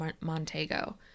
Montego